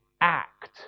act